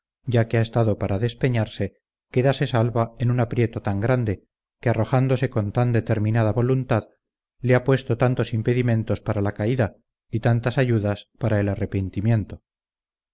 ejecución de las obras para que su honra ya que ha estado para despeñarse quedase salva en un aprieto tan grande que arrojándose con tan determinada voluntad le ha puesto tantos impedimentos para la caída y tantas ayudas para el arrepentimiento